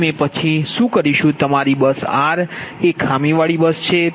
હવે અમે પછી શું કરીશું તમારી બસ r એ ખામીવાળી બસ છે